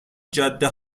جاده